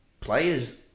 players